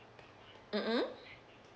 mmhmm